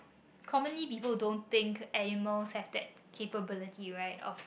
commonly people don't think animals have that capability right of